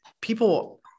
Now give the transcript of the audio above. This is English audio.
people